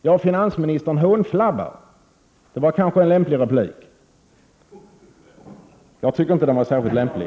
Finansministern hånflabbar. Det var kanske en lämplig replik, men jag tycker inte att den var särskilt lämplig.